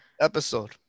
episode